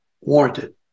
warranted